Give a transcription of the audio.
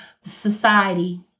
society